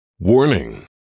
Warning